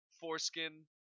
Foreskin